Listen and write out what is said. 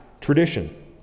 tradition